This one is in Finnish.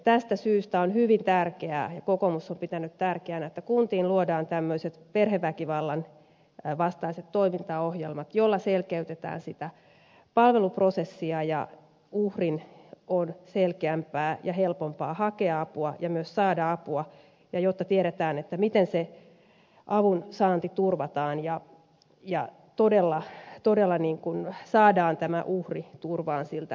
tästä syystä on hyvin tärkeää ja kokoomus on pitänyt tärkeänä että kuntiin luodaan perheväkivallan vastaiset toimintaohjelmat joilla selkeytetään sitä palveluprosessia niin että uhrin on selkeämpää ja helpompaa hakea ja myös saada apua ja tiedetään miten avunsaanti turvataan ja todella saadaan uhri turvaan väkivaltakierteeltä